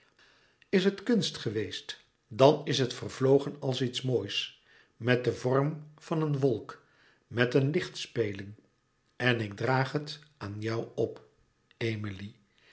is het kunst geweest dan is het vervlogen als iets moois met den louis couperus metamorfoze vorm van een wolk met een lichtspeling en ik draag het aan jou op emilie